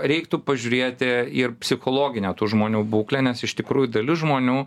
reiktų pažiūrėti ir psichologinę tų žmonių būklę nes iš tikrų dalis žmonių